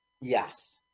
Yes